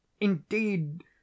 indeed